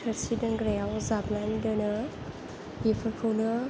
थोरसि दोनग्रायाव जाबनानै दोनो बेफोरखौनो